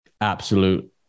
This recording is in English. absolute